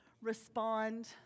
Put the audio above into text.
respond